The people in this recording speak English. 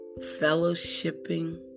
fellowshipping